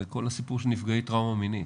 זה כל הסיפור של נפגעי טראומה מינית